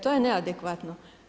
To je neadekvatno.